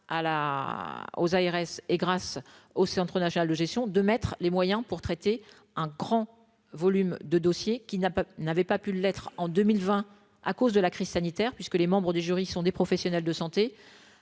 aux ARS et grâce au Centre national de gestion de mettre les moyens pour traiter un grand volume de dossiers qui n'a pas, n'avait pas pu l'être en 2020 à cause de la crise sanitaire puisque les membres du jury sont des professionnels de santé,